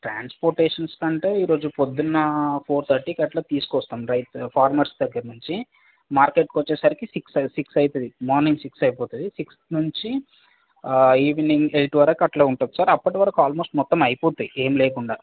ట్రాన్స్పోర్టేషన్స్కి అంటే ఈరోజు పొద్దున్న ఫోర్ థర్టీకట్లా తీసుకొస్తాం రైతు ఫార్మర్స్ దగ్గర నుంచి మార్కెట్కి వచ్చేసరికి సిక్స్ అయి సిక్స్ అవుతుంది మార్నింగ్ సిక్స్ అయిపోతుంది సిక్స్ నుంచి ఈవినింగ్ ఎయిట్ వరకు అట్లా ఉంటుంది సార్ అప్పటివరకు అల్మోస్ట్ మొత్తం అయిపోతాయి ఏమి లేకుండా